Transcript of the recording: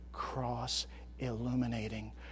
cross-illuminating